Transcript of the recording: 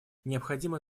необходимо